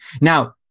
Now